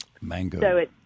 Mango